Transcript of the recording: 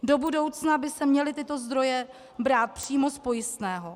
Do budoucna by se měly tyto zdroje brát přímo z pojistného.